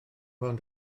ond